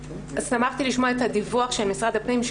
שמחתי לשמוע את הדיווח של משרד הפנים,